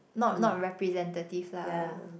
not not representative lah